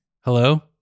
hello